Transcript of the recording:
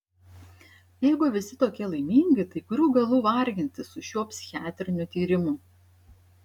jeigu visi tokie laimingi tai kurių galų vargintis su šiuo psichiatriniu tyrimu